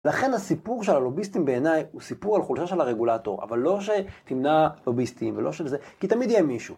לכן הסיפור של הלוביסטים בעיניי הוא סיפור על חולשה של הרגולטור, אבל לא שתמנע לוביסטים ולא שזה, כי תמיד יהיה מישהו.